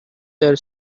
their